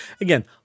again